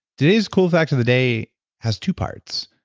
today's cool fact of the day has two parts.